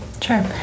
Sure